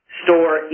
store